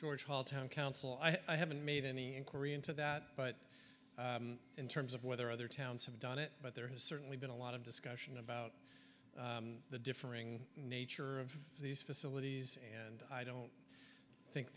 george hall town council i haven't made any inquiry into that but in terms of whether other towns have done it but there has certainly been a lot of discussion about the differing nature of these facilities and i don't think